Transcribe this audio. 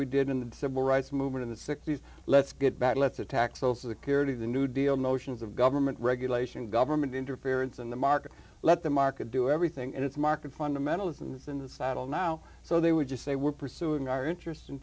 we did in the civil rights movement in the sixty's let's get back let's attack so security the new deal motions of government regulation government interference in the market let the market do everything in its market fundamentalism is in the saddle now so they would just say we're pursuing our interests in